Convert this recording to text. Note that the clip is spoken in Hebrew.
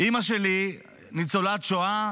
אימא שלי ניצולת שואה,